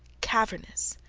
cavernous,